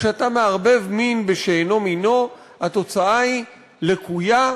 כשאתה מערבב מין בשאינו מינו התוצאה היא לקויה,